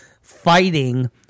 fighting